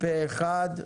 פה אחד.